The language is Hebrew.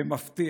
במפתיע.